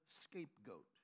scapegoat